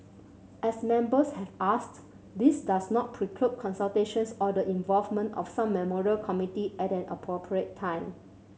as Members have asked this does not preclude consultations or the involvement of some memorial committee at an appropriate time